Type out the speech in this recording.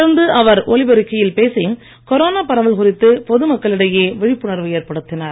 தொடர்ந்து அவர் ஒலிபெருக்கியில் பேசி கொரோனா பரவல் குறித்து பொது மக்களிடையே விழிப்புணர்வு ஏற்படுத்தினார்